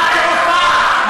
נמל תעופה,